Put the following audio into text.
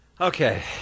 Okay